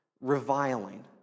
Reviling